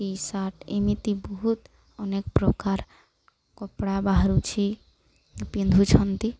T shirt ଏମିତି ବହୁତ ଅନେକ ପ୍ରକାର କପଡ଼ା ବାହାରୁଛି ପିନ୍ଧୁଛନ୍ତି